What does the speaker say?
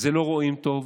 לא רואים טוב,